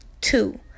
two